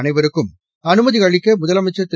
அனைவருக்கும் அனுமதி அளிக்க முதலமைச்சர் திரு